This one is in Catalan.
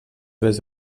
seves